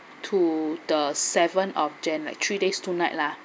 to the seventh of jan like three days two night lah